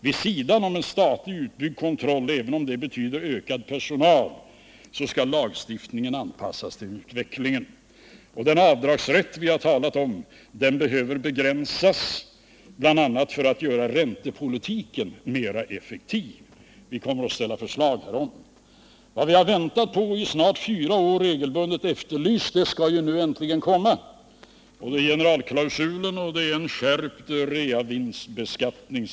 Vid sidan av en statligt utbyggd kontroll— även om det betyder ökad personal — skall lagstiftningen anpassas till utvecklingen. Och den avdragsrätt vi har talat om behöver man begränsa, bl.a. för att göra räntepolitiken mer effektiv. Vi kommer att framställa förslag härom. Vad vi har väntat på i snart fyra år och regelbundet efterlyst skall nu äntligen komma, nämligen en generalklausul och en skärpt reavinstbeskatt ning.